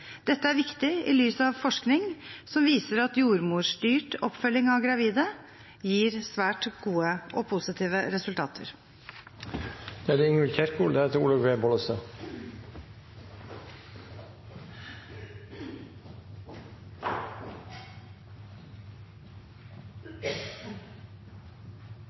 Dette er viktig i lys av forskning som viser at jordmorstyrt oppfølging av gravide gir svært gode og positive